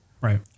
Right